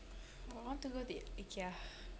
oh I want to go to i~ ikea